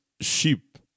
sheep